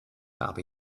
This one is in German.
habe